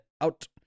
out